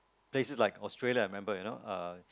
places like Australia remember you know